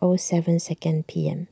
O seven second P M